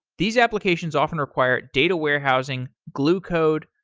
these applications often require data warehousing, glue code,